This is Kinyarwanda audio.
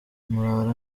murara